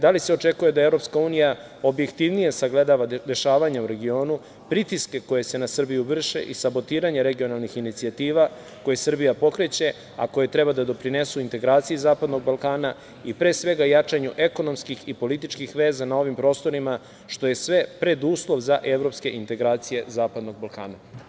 Da li se očekuje da EU objektivnije sagledava dešavanja u regionu, pritiske koji se na Srbiju vrše i sabotiranja regionalnih inicijativa koje Srbija pokreće, a koje treba da doprinesu integraciji zapadnog Balkana i pre svega jačanju ekonomskih i političkih veza na ovim prostorima, što je sve preduslov za evropske integracije zapadnog Balkana?